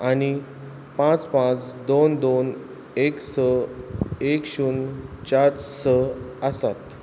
आनी पांच पांच दोन दोन एक स एक शुन्य चार स आसात